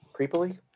creepily